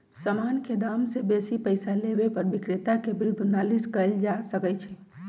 समान के दाम से बेशी पइसा लेबे पर विक्रेता के विरुद्ध नालिश कएल जा सकइ छइ